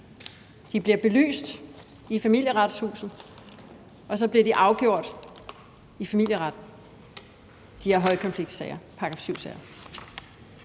De bliver belyst i Familieretshuset, og så bliver de afgjort i familieretten, altså de her højkonfliktsager,